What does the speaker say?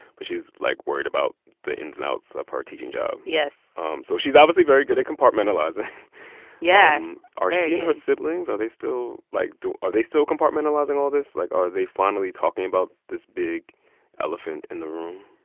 but she's, like, worried about the ins and outs of her teaching job yes so she's obviously very good at compartmentalizing yeah are she and her siblings are they still like, are they still compartmentalizing all this? like, are they finally talking about this big elephant in the room?